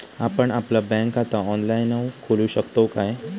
आपण आपला बँक खाता ऑनलाइनव खोलू शकतव काय?